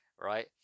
right